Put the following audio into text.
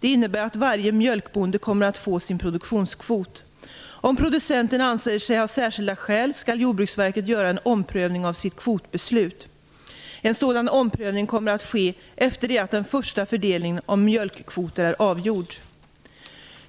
Det innebär att varje mjölkbonde kommer att få sin produktionskvot. Om producenten anser sig ha särskilda skäl skall Jordbruksverket göra en omprövning av sitt kvotbeslut. En sådan omprövning kommer att ske efter det att den första fördelningen av mjölkkvoter är avgjord.